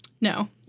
No